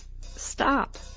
Stop